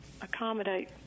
accommodate